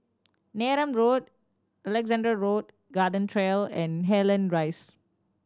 Neram Road Alexandra Road Garden Trail and Cairnhill Rise